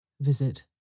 Visit